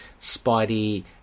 Spidey